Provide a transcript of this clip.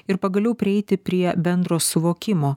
ir pagaliau prieiti prie bendro suvokimo